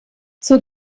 zur